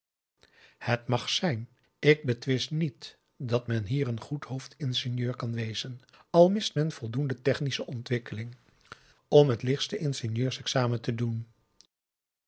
het mag zijn ik betwist niet dat men hier een goed hoofdingenieur kan wezen al mist men voldoende technische ontwikkeling ora het lichtste ingenieursexamen te doen